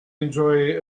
enjoy